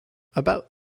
about